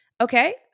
Okay